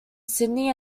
sydney